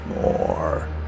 More